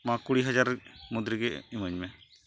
ᱢᱟ ᱠᱩᱲᱤ ᱦᱟᱡᱟᱨ ᱢᱩᱫᱽᱨᱮ ᱜᱮ ᱤᱢᱟᱹᱧᱢᱮ